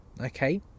Okay